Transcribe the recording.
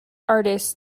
artist